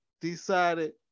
decided